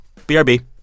BRB